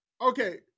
Okay